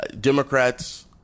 Democrats